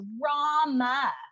drama